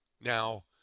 Now